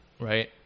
right